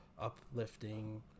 uplifting